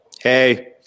Hey